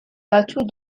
bateaux